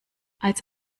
als